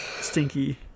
stinky